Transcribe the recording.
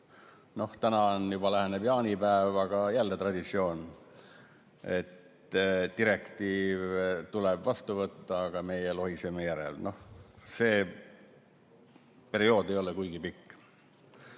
Läheneb juba jaanipäev, aga jälle on traditsioon, et direktiiv tuleb vastu võtta, aga meie lohiseme järel. See periood ei ole kuigi pikk.